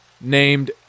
Named